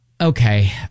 okay